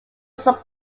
sub